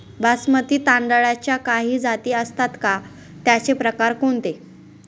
बासमती तांदळाच्या काही जाती असतात का, त्याचे प्रकार कोणते?